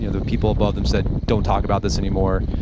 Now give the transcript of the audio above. you know the people above them said, don't talk about this anymore.